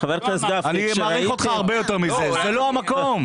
זה לא המקום.